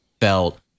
felt